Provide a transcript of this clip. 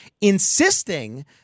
insisting